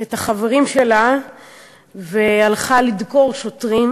את החברים שלה והלכה לדקור שוטרים,